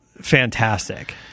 fantastic